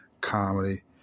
comedy